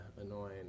annoying